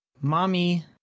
Mommy